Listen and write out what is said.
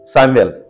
Samuel